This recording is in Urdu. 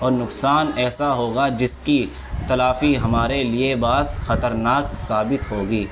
اور نقصان ایسا ہوگا جس کی تلافی ہمارے لیے باعث خطرناک ثابت ہوگی